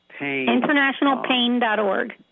Internationalpain.org